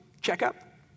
checkup